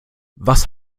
was